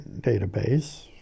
database